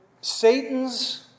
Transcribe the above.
Satan's